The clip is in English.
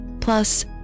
plus